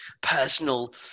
personal